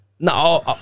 No